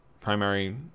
primary